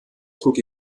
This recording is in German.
trug